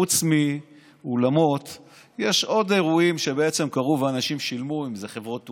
חוץ מאולמות יש עוד אירועים שבעצם קרו ואנשים שילמו: חברות תעופה,